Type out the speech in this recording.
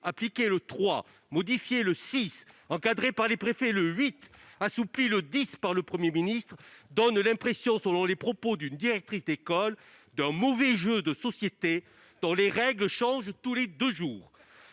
appliqué le 3, modifié le 6, encadré par les préfets le 8 et assoupli le 10 par le Premier ministre, donne l'impression, selon les propos d'une directrice d'école, d'un mauvais jeu de société, dont les règles changent tous les deux jours.